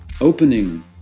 opening